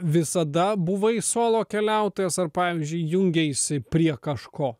visada buvai solo keliautojas ar pavyzdžiui jungiaisi prie kažko